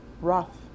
Rough